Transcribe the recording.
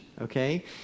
okay